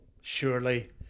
surely